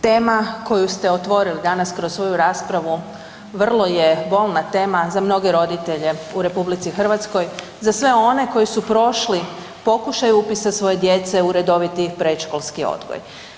Tema koju ste otvorili danas kroz svoju raspravu vrlo je bolna tema za mnoge roditelje u RH za sve one koji su prošli pokušaj upisa svoje djece u redoviti predškolski odgoj.